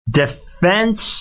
defense